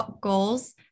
goals